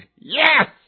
Yes